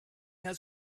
has